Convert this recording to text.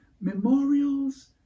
memorials